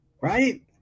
Right